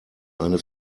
eine